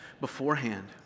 beforehand